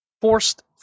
forced